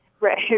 Right